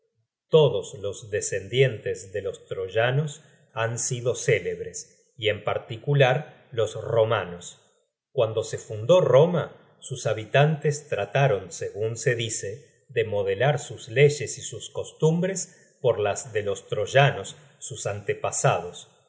todos los descendientes de los troyanos han sido célebres y en particular los romanos cuando se fundó roma sus habitantes trataron segun se dice de modelar sus leyes y sus costumbres por las de los troyanos sus antepasados